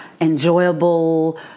enjoyable